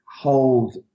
hold